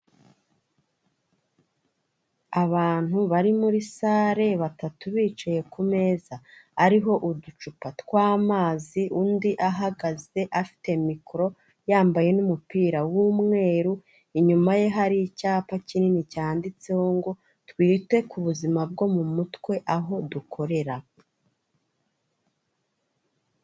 Abantu bari muri sale batatu bicaye ku meza ariho uducupa tw'amazi, undi ahagaze afite mikoro yambaye n'umupira w'umweru, inyuma ye hari icyapa kinini cyanditseho ngo ''Twite ku buzima bwo mu mutwe aho dukorera.''